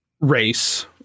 race